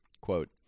Quote